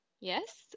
Yes